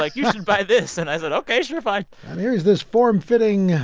like you should buy this. and i said, ok, sure fine and here is this form-fitting,